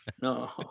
no